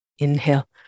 Inhale